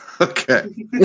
Okay